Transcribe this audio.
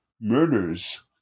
murders